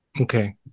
Okay